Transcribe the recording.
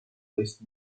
leased